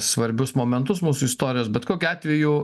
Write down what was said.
svarbius momentus mūsų istorijos bet kokiu atveju